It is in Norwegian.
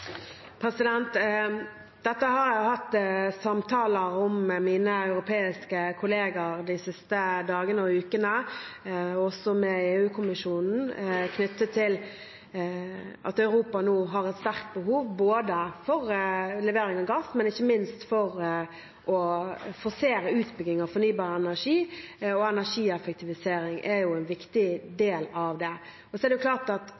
Dette har jeg hatt samtaler om med mine europeiske kolleger de siste dagene og ukene – også med EU-kommisjonen – knyttet til at Europa nå har et sterkt behov for levering av gass, men ikke minst for å forsere utbygging av fornybar energi, og energieffektivisering er en viktig del av det. For noen deler av Europa handler det også om at